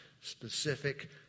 specific